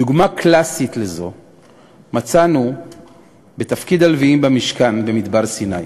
דוגמה קלאסית לזה מצאנו בתפקיד הלוויים במשכן במדבר סיני.